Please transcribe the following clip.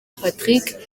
patrick